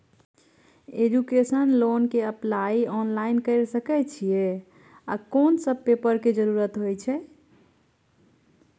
Education loan के apply online के सके छिए आ कोन सब पेपर के जरूरत इ?